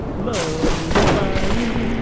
love is crying